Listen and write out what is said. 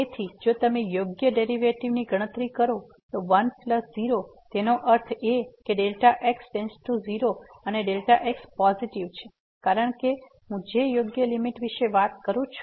તેથી જો તમે યોગ્ય ડેરીવેટીવ ગણતરી કરો તો 1 0 તેનો અર્થ એ કે Δx → 0 અને Δx પોઝીટીવ છે કારણ કે હું જે યોગ્ય લીમીટ વિશે વાત કરું છું